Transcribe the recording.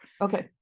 okay